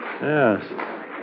Yes